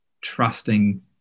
trusting